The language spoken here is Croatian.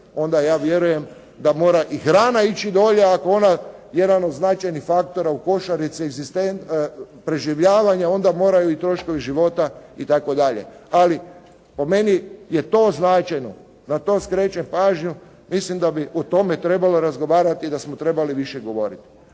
onda ja vjerujem da i hrana mora ići dolje. Ako je ona jedan od značajnih faktora u košarici preživljavanja, onda moraju i troškovi života itd. Ali, po meni je to značajno, na to skrećem pažnju. Mislim da bi o tome trebalo razgovarati i da smo trebali više govoriti